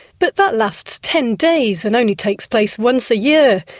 but that lasts ten days and only takes place once a year,